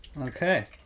Okay